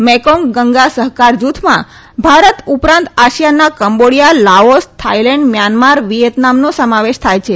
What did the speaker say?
Mekong Ganga સહકાર જુથમાં ભારત ઉપરાંત આસીયાનના કંબોડીયા લાઓસ થાયલેન્ડ મ્યાનમાર વિએતનામનો સમાવેશ થાય છે